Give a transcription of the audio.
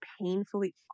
painfully